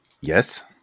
Yes